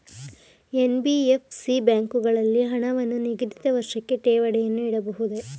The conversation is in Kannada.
ಎನ್.ಬಿ.ಎಫ್.ಸಿ ಬ್ಯಾಂಕುಗಳಲ್ಲಿ ಹಣವನ್ನು ನಿಗದಿತ ವರ್ಷಕ್ಕೆ ಠೇವಣಿಯನ್ನು ಇಡಬಹುದೇ?